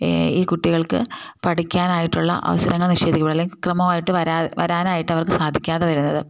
ഈ ഈ കുട്ടികൾക്ക് പഠിക്കാനായിട്ടുള്ള അവസരങ്ങൾ നിഷേധിക്കപ്പെടുക അല്ലെങ്കിൽ ക്രമമായിട്ട് വരാൻ വരാനായിട്ട് അവർക്ക് സാധിക്കാതെ വരുന്നത്